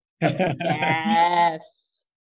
Yes